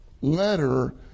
letter